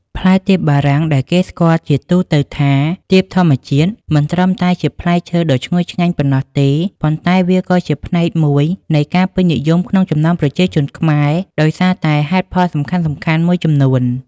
ផ្លែទៀបបារាំងដែលគេស្គាល់ជាទូទៅថា ទៀបធម្មជាតិ មិនត្រឹមតែជាផ្លែឈើដ៏ឈ្ងុយឆ្ងាញ់ប៉ុណ្ណោះទេ ប៉ុន្តែវាក៏ជាផ្នែកមួយនៃការពេញនិយមក្នុងចំណោមប្រជាជនខ្មែរ ដោយសារតែហេតុផលសំខាន់ៗមួយចំនួន។